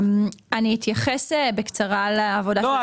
אני אתייחס בקצרה לעבודה --- לא,